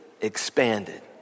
expanded